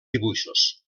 dibuixos